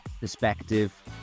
perspective